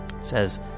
says